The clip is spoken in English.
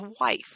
wife